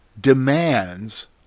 demands